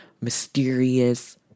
mysterious